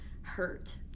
hurt